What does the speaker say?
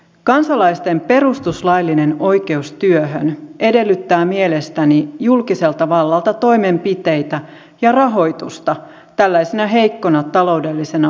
kansalaisten perustuslaillinen oikeus työhön edellyttää mielestäni julkiselta vallalta toimenpiteitä ja rahoitusta tällaisena heikkona taloudellisena ajanjaksona